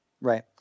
Right